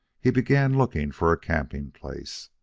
he began looking for a camping-place.